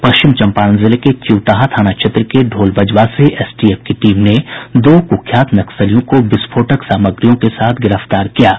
पश्चिम चंपारण जिले के चिउटाहां थाना क्षेत्र के ढोलबजवा से एसटीएफ की टीम ने दो कुख्यात नक्सलियों को विस्फोटक सामग्रियों के साथ गिरफ्तार किया है